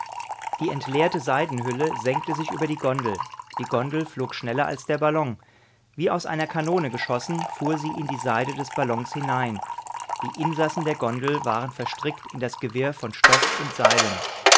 die entleerte seidenhülle senkte sich über die gondel die gondel flog schneller als der ballon wie aus einer kanone geschossen fuhr sie in die seide des ballons hinein die insassen der gondel waren verstrickt in das gewirr von stoff und seilen